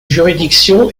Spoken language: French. juridiction